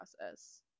process